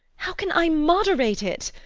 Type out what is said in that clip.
how can i moderate it?